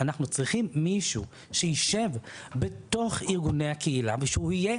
אנחנו צריכים מישהו שישב בתוך ארגוני הקהילה ושהוא יהיה